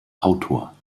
autor